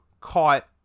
caught